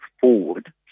forward